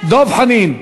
דב חנין.